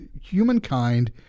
humankind